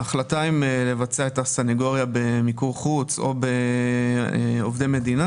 ההחלטה אם לבצע את הסניגוריה במיקור חוץ או בעובדי מדינה,